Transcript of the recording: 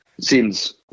seems